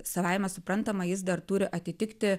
savaime suprantama jis dar turi atitikti